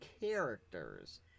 characters